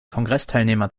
kongressteilnehmer